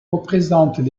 représentent